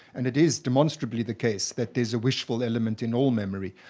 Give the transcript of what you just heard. and it is demonstrably the case that there's a wishful element in all memory.